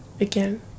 again